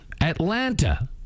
Atlanta